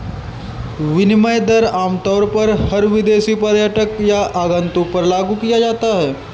विनिमय दर आमतौर पर हर विदेशी पर्यटक या आगन्तुक पर लागू किया जाता है